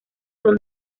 son